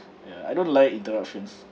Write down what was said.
ya I don't like interruptions